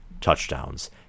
touchdowns